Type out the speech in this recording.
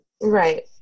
right